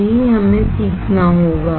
यही हमें सीखना होगा